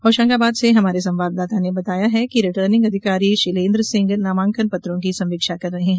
होशंगाबाद से हमारे संवाददाता ने बताया है कि रिर्टनिग अधिकारी शीलेन्द्र सिंह नामांकन पत्रों की संवीक्षा कर रहे है